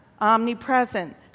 omnipresent